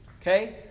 okay